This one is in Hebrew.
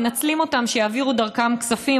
מנצלים אותם שיעבירו דרכם כספים,